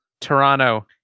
Toronto